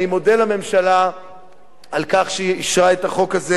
אני מודה לממשלה על כך שהיא אישרה את החוק הזה